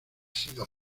sido